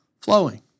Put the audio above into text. flowing